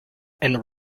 and